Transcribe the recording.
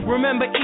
Remember